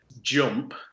jump